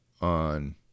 on